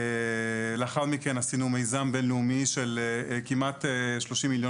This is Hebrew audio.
לאחר מכן עשינו מיזם בין-לאומי של כמעט 30 מיליון